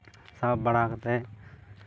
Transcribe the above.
ᱥᱟᱵ ᱵᱟᱲᱟ ᱠᱟᱛᱮᱫ